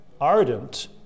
ardent